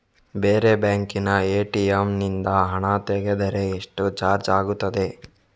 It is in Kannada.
ಬೇರೆ ಬ್ಯಾಂಕಿನ ಎ.ಟಿ.ಎಂ ನಿಂದ ಹಣ ತೆಗೆದರೆ ಎಷ್ಟು ಚಾರ್ಜ್ ಆಗುತ್ತದೆ?